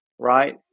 right